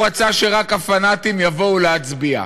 כי הוא רצה שרק הפנאטים יבואו להצביע.